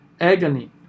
agony